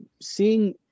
seeing